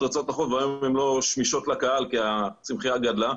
רצועות החוף והיום הן לא שמישות לקהל כי הצמחייה גדלה,